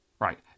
right